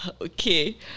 okay